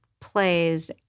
plays